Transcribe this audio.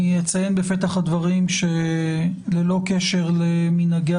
אני אציין בפתח הדברים שללא קשר למנהגי